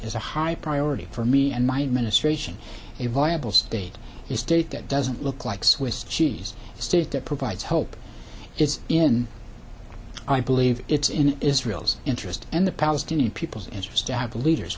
is a high priority for me and my administration a viable state the state that doesn't look like swiss cheese a state that provides hope is in i believe it's in israel's interest and the palestinian people's interest to have leaders